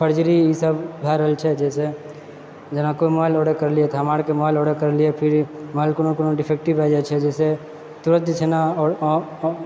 हड़बड़ी ई सब भए रहल छै जाहिसँ यहाँ कोइ माल ऑडर करलियै तऽ हमरा आरके माल ऑडर करलियै फिर माल कोनो कोनो डिफेक्टिव भए जाइत छै जाहिसँ फेर जे छै ने